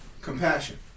compassion